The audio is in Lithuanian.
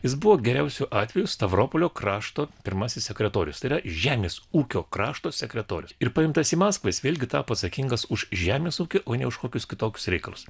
jis buvo geriausiu atveju stavropolio krašto pirmasis sekretorius tai yra žemės ūkio krašto sekretorius ir paimtas į maskvą jis vėlgi tapo atsakingas už žemės ūkį o ne už kokius kitoks reikalus